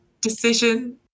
decision